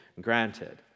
granted